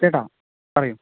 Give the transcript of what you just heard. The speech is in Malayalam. കേൾക്കാം പറയു